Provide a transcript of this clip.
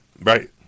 Right